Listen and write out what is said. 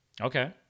Okay